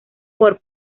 por